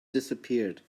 disappeared